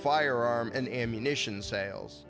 firearm and ammunition sales